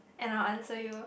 and I'll answer you